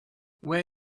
where